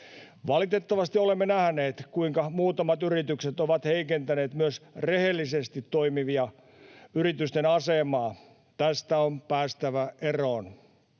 Valitettavasti olemme nähneet, kuinka muutamat yritykset ovat heikentäneet myös rehellisesti toimivien yritysten asemaa. Tästä on päästävä eroon.